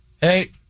Hey